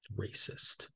racist